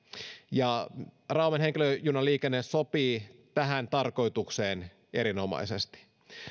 ja rauman henkilöjunaliikenne sopii tähän tarkoitukseen erinomaisesti